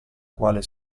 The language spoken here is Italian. quale